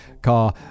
car